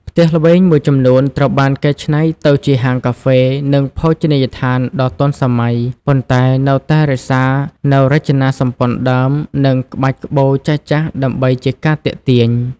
ផ្ទះល្វែងមួយចំនួនត្រូវបានកែច្នៃទៅជាហាងកាហ្វេ និងភោជនីយដ្ឋានដ៏ទាន់សម័យ ប៉ុន្តែនៅតែរក្សានូវរចនាសម្ព័ន្ធដើម និងក្បាច់ក្បូរចាស់ៗដើម្បីជាការទាក់ទាញ។